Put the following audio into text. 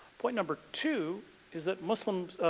point number two is that muslim's,